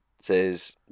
says